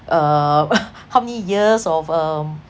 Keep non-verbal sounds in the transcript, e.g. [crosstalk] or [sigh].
uh [laughs] how many years of um